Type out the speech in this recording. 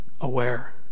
aware